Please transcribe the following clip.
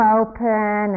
open